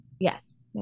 Yes